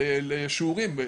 לשיעורים,